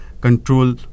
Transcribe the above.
control